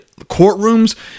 courtrooms